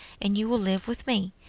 and you will live with me,